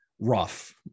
rough